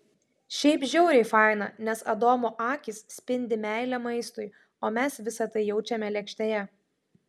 šiaip žiauriai faina nes adomo akys spindi meile maistui o mes visa tai jaučiame lėkštėje